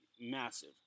massive